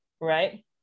right